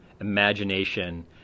imagination